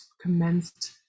commenced